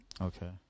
Okay